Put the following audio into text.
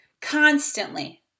constantly